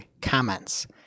comments